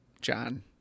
John